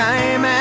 Time